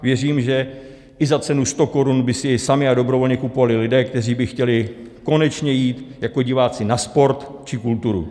Věřím, že i za cenu 100 korun by si je sami a dobrovolně kupovali lidé, kteří by chtěli konečně jít jako diváci na sport či kulturu.